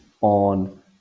on